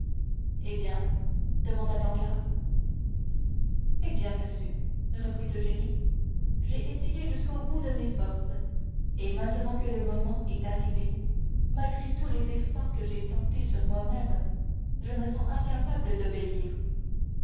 eh bien demanda danglars eh bien monsieur reprit eugénie j'ai essayé jusqu'au bout de mes forces et maintenant que le moment est arrivé malgré tous les efforts que j'ai tentés sur moi-même je me sens incapable d'obéir